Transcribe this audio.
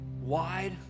Wide